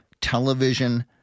television